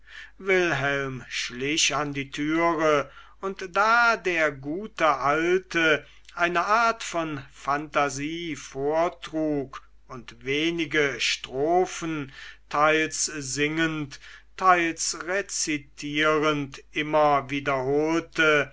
wilhelm schlich an die türe und da der gute alte eine art von phantasie vortrug und wenige strophen teils singend teils rezitierend immer wiederholte